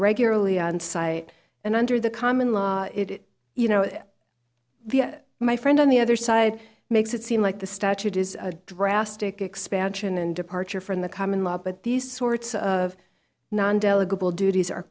regularly on site and under the common law it you know my friend on the other side makes it seem like the statute is a drastic expansion and departure from the common law but these sorts of non d